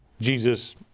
Jesus